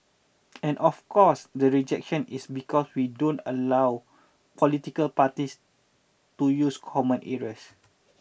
and of course the rejection is because we don't allow political parties to use common areas